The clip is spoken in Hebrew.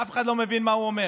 שאף אחד לא מבין מה הוא אומר,